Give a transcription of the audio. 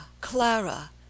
Clara